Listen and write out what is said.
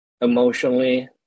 emotionally